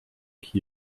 qui